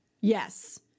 Yes